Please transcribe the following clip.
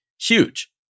huge